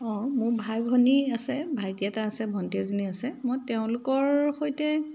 অ' মোৰ ভাই ভনী আছে ভাইটি এটা আছে ভণ্টী এজনী আছে মই তেওঁলোকৰ সৈতে